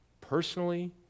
personally